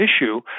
issue